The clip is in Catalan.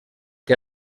que